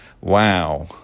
wow